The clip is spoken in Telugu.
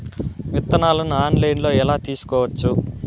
విత్తనాలను ఆన్లైన్లో ఎలా తీసుకోవచ్చు